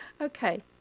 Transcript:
Okay